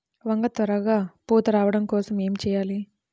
వంగ త్వరగా పూత రావడం కోసం ఏమి చెయ్యాలి?